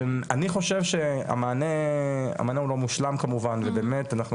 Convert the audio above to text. אני חושב שהמענה הוא לא מושלם כמובן ובאמת אנחנו